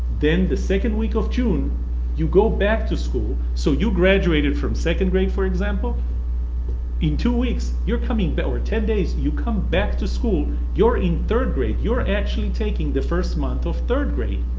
then the second week of june you go back to school. so you graduated from second grade for example in two weeks you're coming, but or ten days, you come back to school you're in third grade. you're actually taking the first month of third grade.